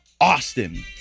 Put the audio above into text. Austin